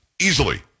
Easily